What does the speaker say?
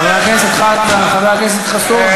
חבר הכנסת חזן, חבר הכנסת חסון.